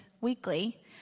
weekly